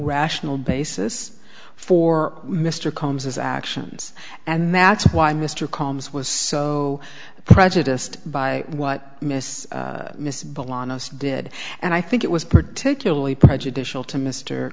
rational basis for mr combs his actions and that's why mr combs was so prejudiced by what miss miss blondness did and i think it was particularly prejudicial to mr